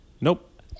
Nope